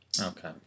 Okay